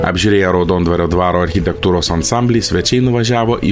apžiūrėję raudondvario dvaro architektūros ansamblį svečiai nuvažiavo į